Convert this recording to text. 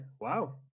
Wow